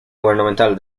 gubernamental